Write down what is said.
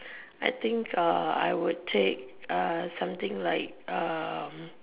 I think I would take something like